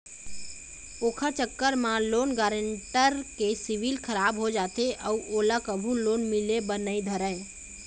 ओखर चक्कर म लोन गारेंटर के सिविल खराब हो जाथे अउ ओला कभू लोन मिले बर नइ धरय